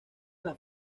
las